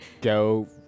go